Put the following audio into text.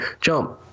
Jump